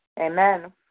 Amen